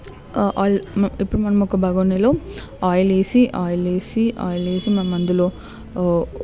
ఇప్పుడు మనం ఒక బోగోనిలో ఆయిల్ వేసి ఆయిల్ వేసి ఆయిల్ వేసి మనం అందులో